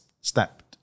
step